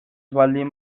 baldin